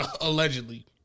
Allegedly